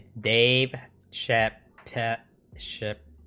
dade shed ten ship